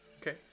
Okay